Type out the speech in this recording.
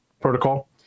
protocol